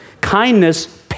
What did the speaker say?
kindness